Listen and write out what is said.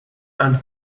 and